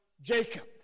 Jacob